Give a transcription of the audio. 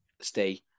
stay